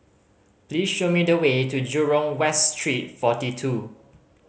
please show me the way to Jurong West Street Forty Two